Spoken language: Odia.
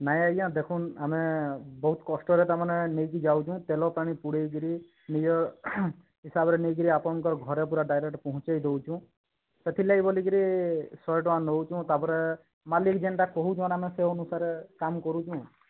ନାଇଁ ଆଜ୍ଞା ଦେଖନ୍ ଆମେ ବହୁତ କଷ୍ଟରେ ତ ମାନେ ନେଇକି ଯାଉଛୁ ତେଲ ପାଣି ପୁଡ଼ାଇକିରି ନିଜ ହିସାବରେ ନେଇକିରି ଆପଣଙ୍କର ଘରେ ପୁରା ଡାଇରେକ୍ଟ ପହଞ୍ଚାଇ ଦେଉଛୁ ସେଥିଲାଗି ବୋଲିକିରି ଶହେ ଟଙ୍କା ନେଉଛୁ ତାପରେ ମାଲିକ୍ ଯେନ୍ତା କହୁଛନ୍ ଆମେ ସେହି ଅନୁସାରେ କାମ କରୁଁଛୁ